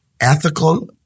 ethical